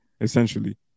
essentially